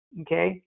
okay